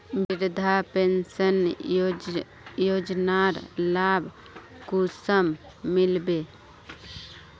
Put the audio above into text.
वृद्धा पेंशन योजनार लाभ कुंसम मिलबे?